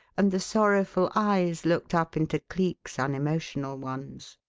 and the sorrowful eyes looked up into cleek's unemotional ones.